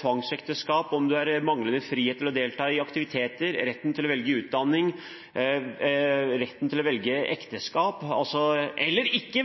tvangsekteskap, manglende frihet til å delta i aktiviteter, retten til å velge utdanning, retten til å velge ekteskap – eller retten til ikke